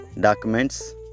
documents